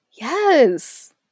yes